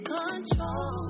control